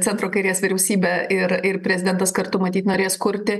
centro kairės vyriausybė ir ir prezidentas kartu matyt norės kurti